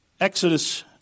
Exodus